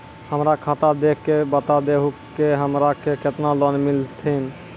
हमरा खाता देख के बता देहु के हमरा के केतना लोन मिलथिन?